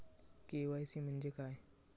KYC म्हणजे काय?